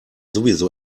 sowieso